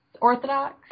orthodox